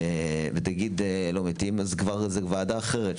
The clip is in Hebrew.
ונגיד שלא מתים זו כבר וועדה אחרת,